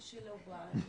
מי שלא בא.